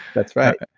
that's right.